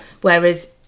Whereas